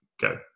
go